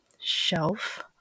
shelf